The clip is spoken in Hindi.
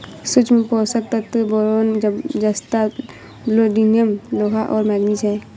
सूक्ष्म पोषक तत्व बोरान जस्ता मोलिब्डेनम लोहा और मैंगनीज हैं